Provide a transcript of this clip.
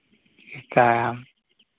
ᱪᱤᱠᱟᱹᱭᱟᱢ